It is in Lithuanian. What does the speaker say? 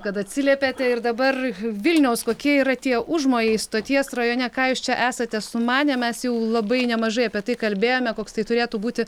kad atsiliepėte ir dabar vilniaus kokie yra tie užmojai stoties rajone ką jūs čia esate sumanę mes jau labai nemažai apie tai kalbėjome koksai turėtų būti